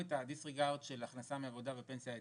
הדיסריגרד של הכנסה מעבודה ומפנסיה היה